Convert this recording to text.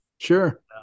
sure